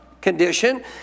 condition